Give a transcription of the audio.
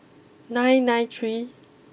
nine nine three